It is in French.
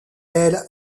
elle